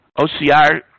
OCR